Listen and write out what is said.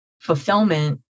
fulfillment